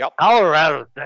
Colorado